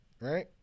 Right